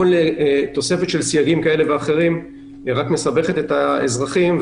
כל תוספת של סייגים כאלה ואחרים רק מסבכת את האזרחים,